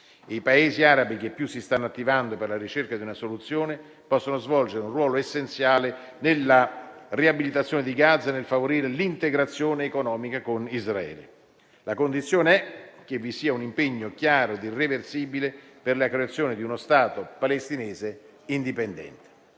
I Paesi arabi che più si stanno attivando per la ricerca di una soluzione possono svolgere un ruolo essenziale nella riabilitazione di Gaza e nel favorire l'integrazione economica con Israele. La condizione è che vi sia un impegno chiaro ed irreversibile per la creazione di uno Stato palestinese indipendente.